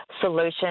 solution